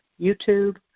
YouTube